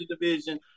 division